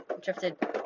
drifted